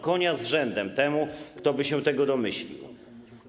Konia z rzędem temu, kto by się tego domyślił.